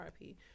RIP